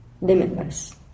limitless